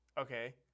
Okay